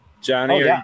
Johnny